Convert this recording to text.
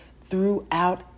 throughout